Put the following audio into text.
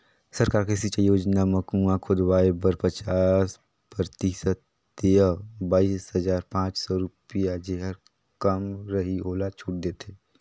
सरकार के सिंचई योजना म कुंआ खोदवाए बर पचास परतिसत य बाइस हजार पाँच सौ रुपिया जेहर कम रहि ओला छूट देथे